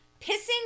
Pissing